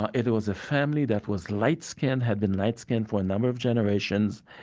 ah it it was a family that was light-skinned, had been light-skinned for a number of generations,